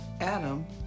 Adam